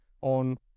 on